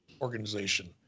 organization